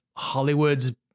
Hollywood's